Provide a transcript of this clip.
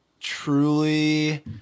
truly